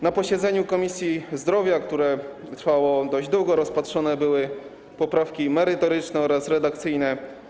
Na posiedzeniu Komisji Zdrowia, które trwało dość długo, rozpatrzone zostały poprawki merytoryczne oraz redakcyjne.